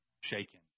shaken